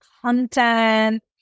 content